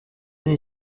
ari